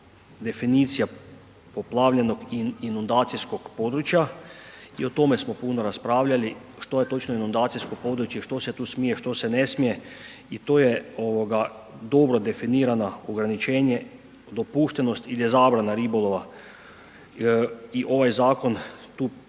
definicija poplavljenog i inundacijskog područja, i o tome smo puno raspravljali, što je točno inundacijsko područje, što se tu smije, što se smije i to je dobro definirana ograničenje, dopuštenost ili je zabrana ribolova i ovaj zakon tu